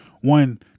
one